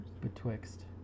Betwixt